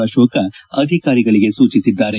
ಅಶೋಕ್ ಅಧಿಕಾರಿಗಳಿಗೆ ಸೂಚಿಸಿದ್ದಾರೆ